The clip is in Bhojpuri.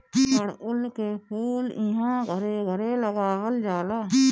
अढ़उल के फूल इहां घरे घरे लगावल जाला